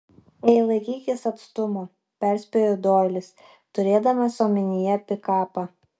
ei laikykis atstumo perspėjo doilis turėdamas omenyje pikapą